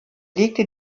legte